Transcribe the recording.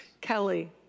Kelly